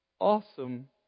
awesome